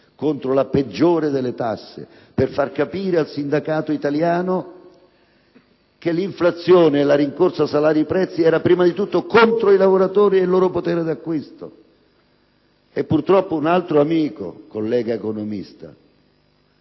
contro la peggiore delle tasse, per far capire al sindacato italiano che l'inflazione e la rincorsa salari-prezzi era, prima di tutto, contro i lavoratori e il loro potere d'acquisto. Purtroppo, un altro amico, collega economista,